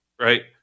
right